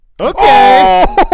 Okay